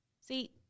See